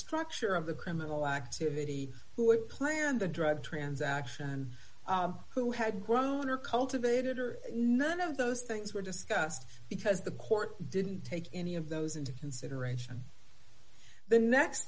structure of the criminal activity who planned the drug transaction and who had grown or cultivated or none of those things were discussed because the court didn't take any of those into consideration the next